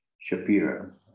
Shapiro